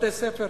בתי-הספר.